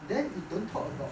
then you don't talk about